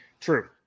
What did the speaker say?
True